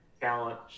talent